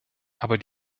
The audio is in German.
aber